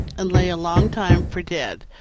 and lay a long time for dead.